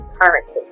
currency